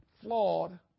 flawed